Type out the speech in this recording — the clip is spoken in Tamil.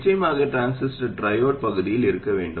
நிச்சயமாக டிரான்சிஸ்டர் ட்ரையோட் பகுதியில் இருக்க வேண்டும்